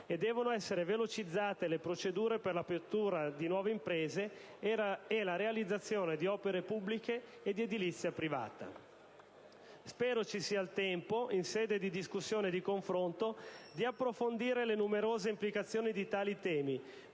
e devono essere velocizzate le procedure per l'apertura di nuove imprese e la realizzazione di opere pubbliche e di edilizia privata. Spero ci sia il tempo, in sede di discussione e di confronto, di approfondire le numerose implicazioni di tali temi,